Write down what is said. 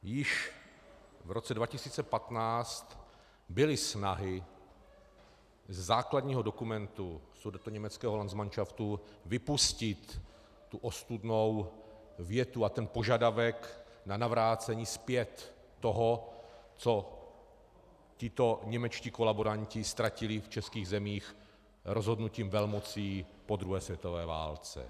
Již v roce 2015 byly snahy ze základního dokumentu sudetoněmeckého landsmanšaftu vypustit tu ostudnou větu a ten požadavek na navrácení zpět toho, co tito němečtí kolaboranti ztratili v českých zemích rozhodnutím velmocí po druhé světové válce.